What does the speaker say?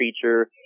creature